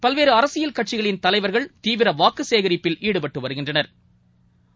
பல்வேறுஅரசியல் கட்சிகளின் தலைவா்கள் தீவிரவாக்குச் சேகரிப்பில் ஈடுபட்டுவருகின்றனா்